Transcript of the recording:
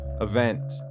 event